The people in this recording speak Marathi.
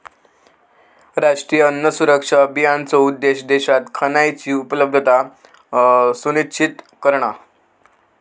राष्ट्रीय अन्न सुरक्षा अभियानाचो उद्देश्य देशात खयानची उपलब्धता सुनिश्चित करणा